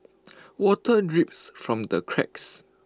water drips from the cracks